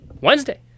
Wednesday